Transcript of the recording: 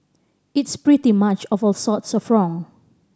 it's pretty much of all sorts of wrong